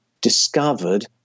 discovered